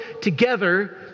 together